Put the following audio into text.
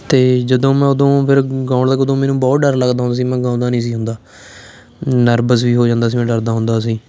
ਅਤੇ ਜਦੋਂ ਮੈਂ ਉਦੋਂ ਫਿਰ ਗਾਉਣ ਲੱਗਾ ਉਦੋਂ ਮੈਨੂੰ ਬਹੁਤ ਡਰ ਲੱਗਦਾ ਹੁੰਦਾ ਸੀ ਮੈਂ ਗਾਉਂਦਾ ਨਹੀਂ ਸੀ ਹੁੰਦਾ ਨਰਵਸ ਵੀ ਹੋ ਜਾਂਦਾ ਸੀ ਮੈਂ ਡਰਦਾ ਹੁੰਦਾ ਸੀ